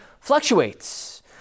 fluctuates